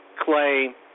Clay